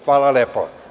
Hvala lepo.